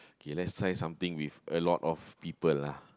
okay let's try something with a lot of people ah